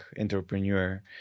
entrepreneur